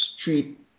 street